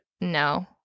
no